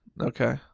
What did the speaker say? okay